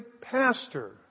pastor